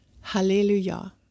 Hallelujah